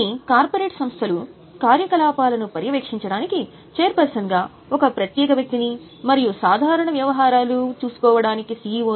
కొన్ని కార్పొరేట్ సంస్థలు కార్యకలాపాలను పర్యవేక్షించడానికి ఛైర్పర్సన్గా ఒక ప్రత్యేక వ్యక్తిని మరియు సాధారణ వ్యాపార వ్యవహారాలు చూసుకోవడానికి CEO